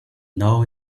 know